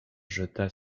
jeta